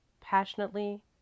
passionately